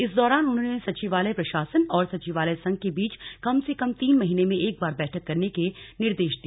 इस दौरान उन्होंने सचिवालय प्रशासन और सचिवालय संघ के बीच कम से कम तीन महीने में एक बार बैठक करने के निर्दे दिए